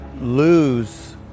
lose